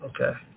Okay